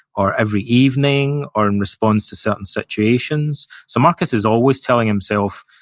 or every evening, or in response to certain situations so, marcus is always telling himself,